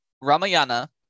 Ramayana